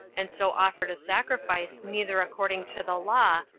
and so offered a sacrifice neither according to the law,